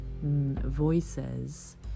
voices